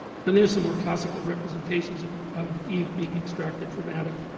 and there's a more classical representations of of eve being extracted from adam